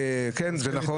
כן, זה נכון.